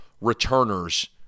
returners